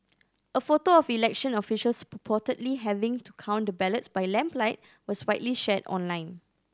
a photo of election officials purportedly having to count the ballots by lamplight was widely shared online